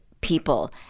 people